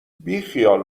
بیخیال